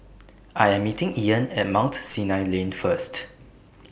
I'm meeting Ian At Mount Sinai Lane First